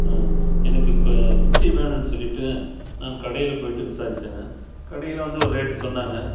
எனக்கு மிக்ஸி வேணுன்னு சொல்லிவிட்டு நான் கடையில் போயிவிட்டு விசாரிச்சேங்க கடையில் வந்து ஒரு ரேட்டு சொன்னாங்க